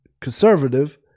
conservative